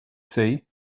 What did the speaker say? say